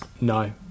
No